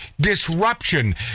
disruption